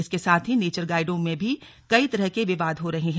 इसके साथ ही नेचर गाइडों में भी कई तरह के विवाद हो रहे हैं